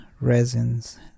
resins